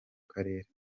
karere